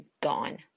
gone